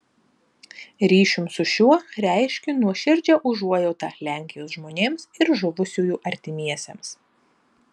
ryšium su šiuo reiškiu nuoširdžią užuojautą lenkijos žmonėms ir žuvusiųjų artimiesiems